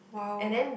!wow!